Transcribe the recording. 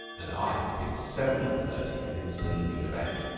and i had been seven-and-thirty minutes bringing him to bank!